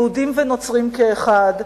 יהודים ונוצרים כאחד,